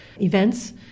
events